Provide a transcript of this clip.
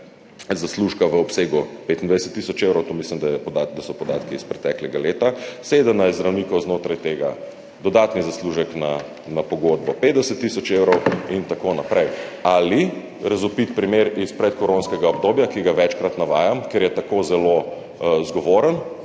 zaslužka v obsegu 25 tisoč evrov, to mislim, da so podatki iz preteklega leta, 17 zdravnikov znotraj tega dodatni zaslužek na pogodbo 50 tisoč evrov in tako naprej. Ali razvpit primer iz predkoronskega obdobja, ki ga večkrat navajam, ker je tako zelo zgovoren,